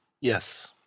Yes